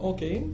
Okay